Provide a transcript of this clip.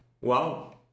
Wow